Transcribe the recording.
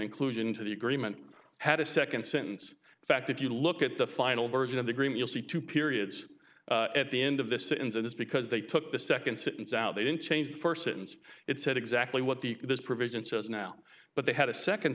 inclusion into the agreement had a second sentence in fact if you look at the final version of the green you'll see two periods at the end of this ins it is because they took the second sentence out they didn't change persons it said exactly what the this provision says now but they had a second